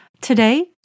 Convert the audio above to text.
Today